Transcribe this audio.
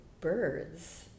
birds